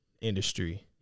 industry